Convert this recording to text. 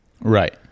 right